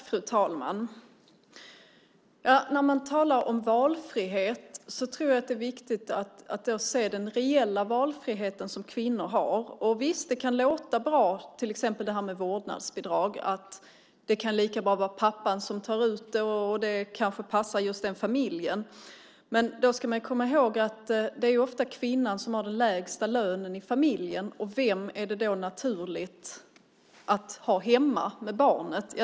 Fru talman! När man talar om valfrihet tror jag att det är viktigt att se den reella valfrihet som kvinnor har. Visst kan till exempel vårdnadsbidrag låta bra. Det kan lika gärna vara pappan som tar ut det, och det kanske passar just den familjen. Men då ska man komma ihåg att det ofta är kvinnan som har den lägsta lönen i familjen, och vem är det då naturligt att ha hemma med barnet?